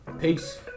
peace